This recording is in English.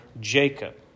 Jacob